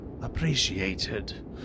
appreciated